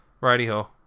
Righty-ho